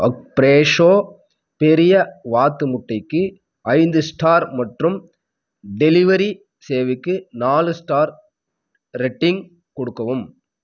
அக் ஃப்ரேஷோ பெரிய வாத்து முட்டைக்கு ஐந்து ஸ்டார் மற்றும் டெலிவரி சேவைக்கு நாலு ஸ்டார் ரெட்டிங் கொடுக்கவும்